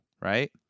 right